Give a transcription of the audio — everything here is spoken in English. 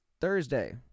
Thursday